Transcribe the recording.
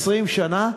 20 שנה,